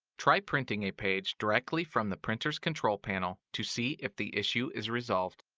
try printing a page directly from the printer's control panel to see if the issue is resolved.